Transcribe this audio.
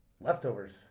leftovers